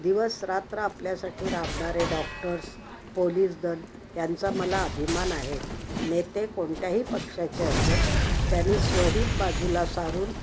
दिवस रात्र आपल्यासाठी राबणारे डॉक्टर्स पोलीस दल यांचा मला अभिमान आहे नेते कोणत्याही पक्षाचे असोत त्यानी स्वहीत बाजूला सारून